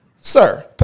Sir